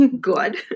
good